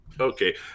Okay